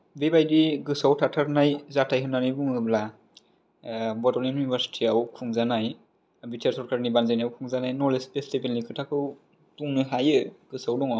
बेबायदि गोसोआव थाथारनाय जाथाय होन्नानै बुङोब्ला बड'लेण्ड इउनिभारसिटी आव खुंजानाय बि थि आर सरकारनि बानजायनायाव खुंजानाय नलेज फेसटिबेल नि खोथाखौ बुंनो हायो गोसोआव दङ